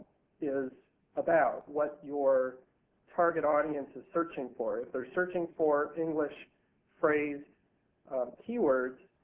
is about, what your target audience is searching for. if theyire searching for english phrase keywords,